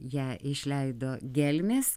ją išleido gelmės